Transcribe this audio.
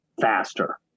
faster